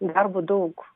darbo daug